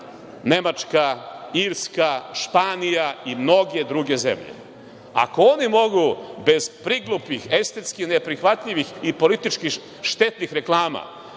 Nemačka, Irska, Španija i mnoge druge zemlje. Ako one mogu bez priglupih, estetski neprihvatljivih i politički štetnih reklama